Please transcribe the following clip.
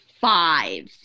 five